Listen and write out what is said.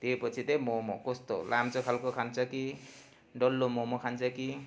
त्यो पछि चाहिँ मोमो कस्तो लाम्चो खालको खान्छ कि डल्लो मोमो खान्छ कि